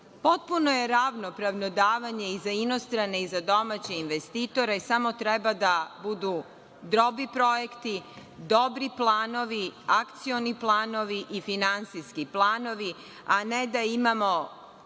potpuno je ravnopravno davanje i za inostrane i za domaće investitore, samo treba da budu dobri projekti, dobri planovi, akcioni planovi i finansijski planovi, a ne da imamo